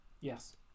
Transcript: Yes